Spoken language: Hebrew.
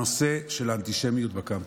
הנושא של האנטישמיות בקמפוסים.